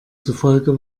zufolge